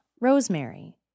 Rosemary